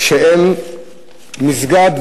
שהם מסגד,